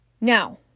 Now